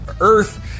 earth